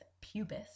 pubis